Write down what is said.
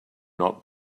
not